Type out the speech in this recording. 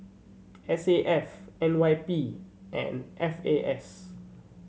S A F N Y P and F A S